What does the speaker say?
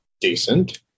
decent